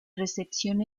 recepción